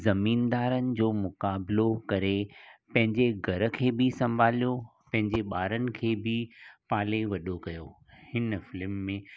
ज़मीनदारनि जो मुक़ाबलो करे पंहिंजे घर खे बि संभालियो पंहिंजे ॿारनि खे बि पाले वॾो कयो इन फ़िल्म में